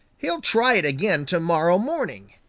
he'll try it again to-morrow morning,